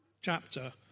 chapter